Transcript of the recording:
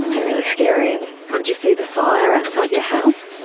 and really scary. and could you see the fire outside your house?